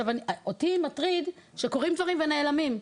אותי מטריד שקורים דברים ונעלמים.